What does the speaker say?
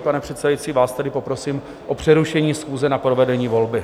Pane předsedající, vás tedy poprosím o přerušení schůze na provedení volby.